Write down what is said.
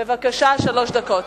בבקשה, שלוש דקות.